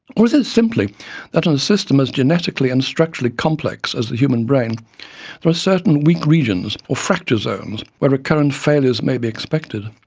or is it simply that in a system as genetically and structurally complex as the human brain, there are certain weak regions or fracture zones, where recurrent failures may be expected?